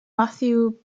matthew